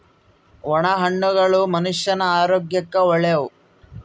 ಒಣ ಹಣ್ಣುಗಳು ಮನುಷ್ಯನ ಆರೋಗ್ಯಕ್ಕ ಒಳ್ಳೆವು